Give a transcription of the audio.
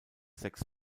sechs